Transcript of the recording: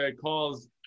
calls